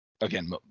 again